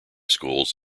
schools